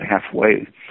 halfway